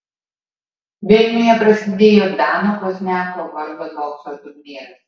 vilniuje prasidėjo dano pozniako vardo bokso turnyras